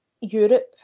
Europe